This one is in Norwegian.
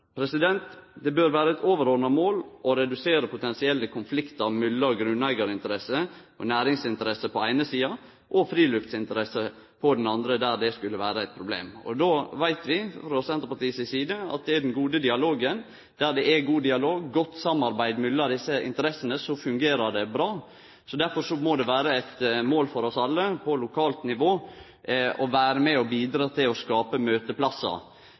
Det bør vere eit overordna mål å redusere potensielle konfliktar mellom grunneigarinteresser og næringsinteresser på den eine sida og friluftsinteresser på den andre sida der dette skulle vere eit problem. Vi veit frå Senterpartiet si side at der det er god dialog, eit godt samarbeid, mellom desse interessene, så fungerer det bra. Derfor må det vere eit mål for oss alle – på lokalt nivå – å vere med og bidra til å skape møteplassar